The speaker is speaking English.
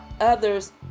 others